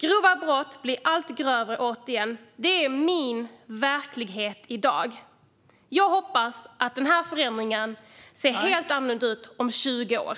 Grova brott blir allt grövre. Detta är min verklighet i dag. Jag hoppas att det ser helt annorlunda ut om 20 år.